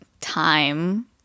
time